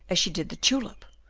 as she did the tulip,